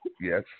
yes